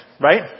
right